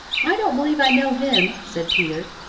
i don't believe i know him, said peter.